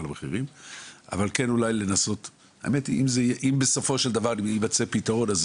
אבל אם בסופו של דבר יימצא פתרון לנושא